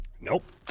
Nope